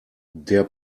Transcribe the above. der